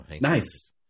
Nice